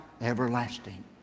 everlasting